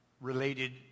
related